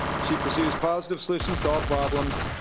she pursues positive solutions to all problems.